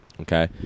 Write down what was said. okay